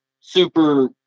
super